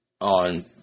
on